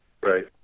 Right